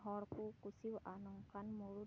ᱦᱚᱲ ᱠᱚ ᱠᱩᱥᱤᱭᱟᱜᱼᱟ ᱱᱚᱝᱠᱟᱱ ᱢᱩᱬᱩᱫ ᱫᱚ